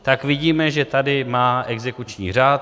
Tak vidíme, že tady má exekuční řád.